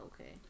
okay